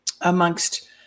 amongst